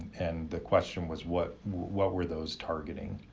and the question was, what what were those targeting?